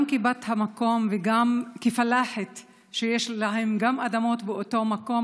גם כבת המקום וגם כפלאחית מאלה שיש להם אדמות באותו מקום,